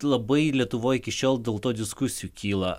labai lietuvoj iki šiol dėl to diskusijų kyla